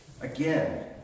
Again